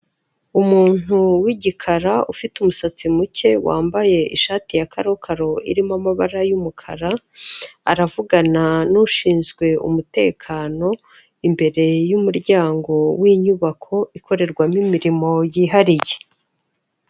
Umuntu w'igikara ufite umusatsi muke wambaye ishati ya karokaro, irimo amabara y'umukara aravugana n'ushinzwe umutekano imbere y'umuryango w'inyubako ikorerwamo imirimo yihariye.